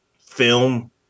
film